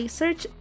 search